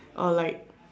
or like